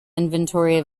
inventory